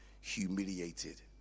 humiliated